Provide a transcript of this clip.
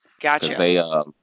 Gotcha